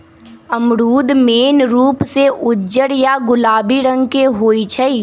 अमरूद मेन रूप से उज्जर या गुलाबी रंग के होई छई